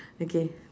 okay